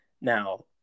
Now